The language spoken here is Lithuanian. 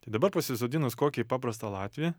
tai dabar pasisodinus kokį paprastą latvį